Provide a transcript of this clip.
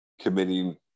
committing